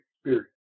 experience